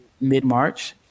mid-March